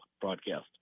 broadcast